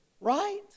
Right